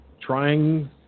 trying